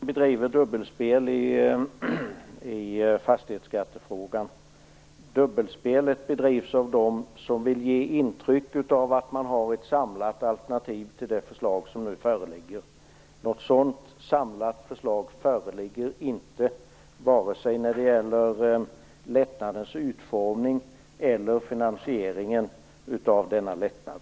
Fru talman! Det är inte vi som bedriver dubbelspel i fastighetsskattefrågan. Dubbelspelet bedrivs av dem som vill ge intryck av att de har ett samlat alternativ till det förslag som nu föreligger. Något sådant samlat förslag föreligger inte när det gäller vare sig lättnadens utformning eller finansieringen av denna lättnad.